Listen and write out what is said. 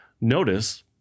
notice